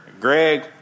Greg